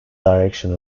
direction